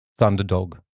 Thunderdog